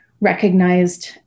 recognized